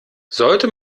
sollte